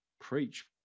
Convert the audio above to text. preach